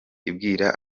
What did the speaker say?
ibwira